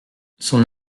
son